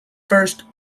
first